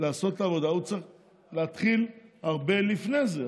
לעשות העבודה, הוא צריך להתחיל הרבה לפני זה.